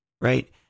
right